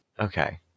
okay